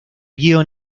guion